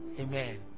Amen